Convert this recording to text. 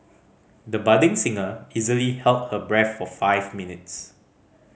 the budding singer easily held her breath for five minutes